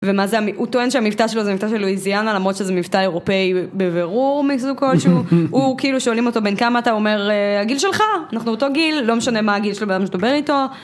ומה זה, הוא טוען שהמבטא שלו זה מבטא של לואיזיאנה, למרות שזה מבטא אירופאי בבירור מסוג כלשהו, הוא כאילו שואלים אותו, בן כמה אתה אומר לגיל שלך, אנחנו אותו גיל, לא משנה מה הגיל של הבן אדם שדובר איתו.